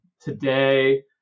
today